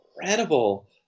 incredible